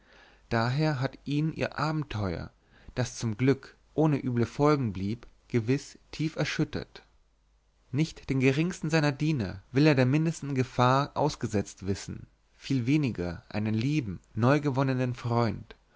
daher hat ihn ihr abenteuer das zum glück ohne üble folgen blieb gewiß tief erschüttert nicht den geringsten seiner diener will er der mindesten gefahr ausgesetzt wissen viel weniger einen lieben neugewonnenen freund